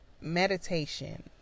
Meditation